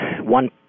one